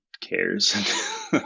cares